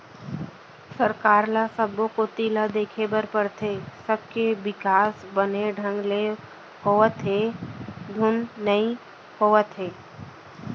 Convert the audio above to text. सरकार ल सब्बो कोती ल देखे बर परथे, सबके बिकास बने ढंग ले होवत हे धुन नई होवत हे